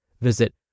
Visit